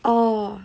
orh